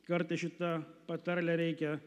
kartais šita patarle reikia